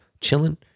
chilling